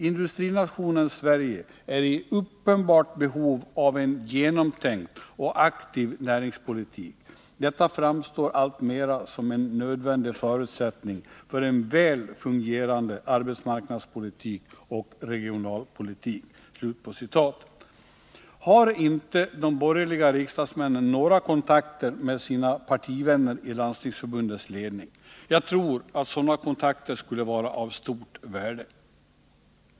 Industrinationen Sverige är i uppenbart behov av en genomtänkt och aktiv näringspolitik. Detta framstår allt mera som en nödvändig förutsättning för en väl fungerande arbetsmarknadspolitik och regionalpolitik.” Har inte de borgerliga riksdagsmännen några kontakter med sina partivänner i Landstingsförbundets ledning? Jag tror att sådana kontakter skulle vara av stort värde.